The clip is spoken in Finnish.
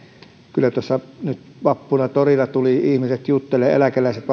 kyllä vappuna torilla tulivat ihmiset juttelemaan eläkeläiset